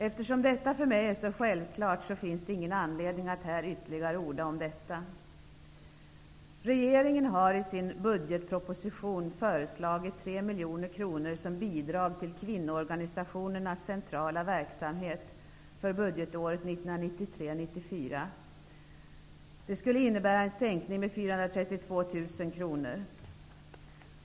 Eftersom detta är så självklart för mig, finns det ingen anledning för mig att ytterligare orda om detta. Regeringen har i sin budgetproposition föreslagit att 3 miljoner kronor skall ges som bidrag till kvinnoorganisationernas centrala verksamhet för budgetåret 1993/94. Det skulle innebära en sänkning med 432 000 kr.